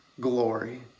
glory